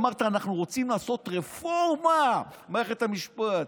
אמרת: אנחנו רוצים לעשות רפורמה במערכת המשפט.